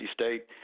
state